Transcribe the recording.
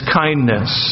kindness